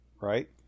Right